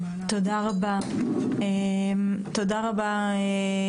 תודה רבה י',